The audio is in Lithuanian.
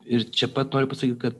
ir čia pat noriu pasakyt kad